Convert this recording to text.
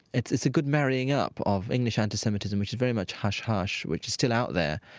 it's it's a good marrying up of english anti-semitism, which is very much hush-hush, which is still out there,